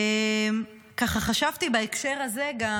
וככה חשבתי בהקשר הזה גם